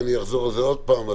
ואני אחזור על זה עוד פעם,